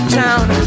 town